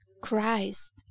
Christ